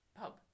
pub